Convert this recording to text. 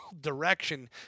direction